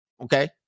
Okay